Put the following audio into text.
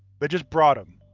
but just brought him.